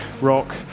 rock